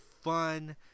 fun